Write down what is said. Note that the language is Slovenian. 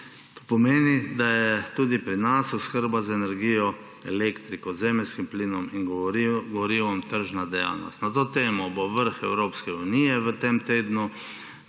To pomeni, da je tudi pri nas oskrba z energijo, elektriko, zemeljskim plinom in gorivom tržna dejavnost. Na to temo bo vrh Evropske unije v tem tednu.